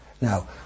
Now